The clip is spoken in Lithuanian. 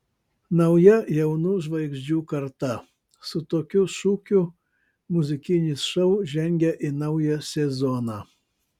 nauja jaunų žvaigždžių karta su tokiu šūkiu muzikinis šou žengia į naują sezoną